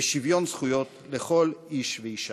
ושוויון זכויות לכל איש ואישה.